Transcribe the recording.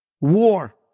war